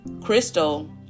Crystal